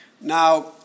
Now